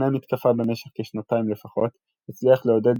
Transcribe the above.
שתכנן מתקפה במשך כשנתיים לפחות, הצליח לעודד